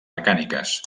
mecàniques